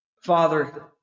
Father